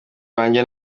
banjye